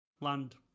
land